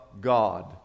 God